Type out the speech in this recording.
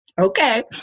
okay